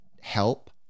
Help